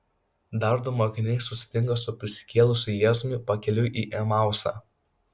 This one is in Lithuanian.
dar du mokiniai susitinka su prisikėlusiu jėzumi pakeliui į emausą